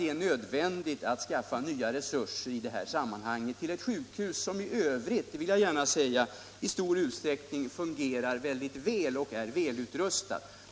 Det är nödvändigt att skaffa nya resurser i detta sammanhang till ett sjukhus som i övrigt — det vill jag gärna säga — i stor utsträckning fungerar mycket bra och är väl utrustat.